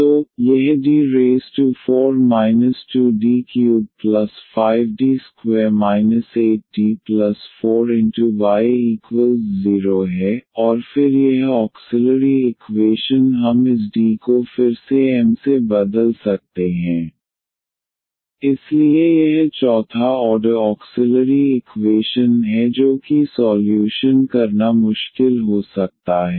तो यह D4 2D35D2 8D4y0 है और फिर यह ऑक्सिलरी इक्वेशन हम इस D को फिर से m से बदल सकते हैं इसलिए यह चौथा ऑर्डर ऑक्सिलरी इक्वेशन है जो कि सॉल्यूशन करना मुश्किल हो सकता है